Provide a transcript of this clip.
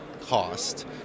cost